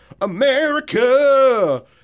America